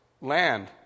land